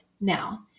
now